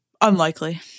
Unlikely